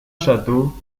château